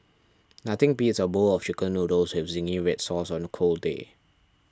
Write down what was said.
nothing beats a bowl of Chicken Noodles with Zingy Red Sauce on a cold day